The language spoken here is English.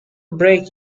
break